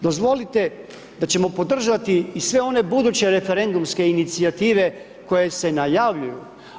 Dozvolite da ćemo podržati i sve one buduće referendumske inicijative koje se najavljuju.